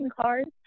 cards